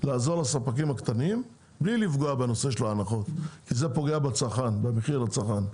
לעזור לספקים הקטנים בלי לפגוע בנושא של ההנחות כי זה פוגע במחיר לצרכן.